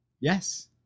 yes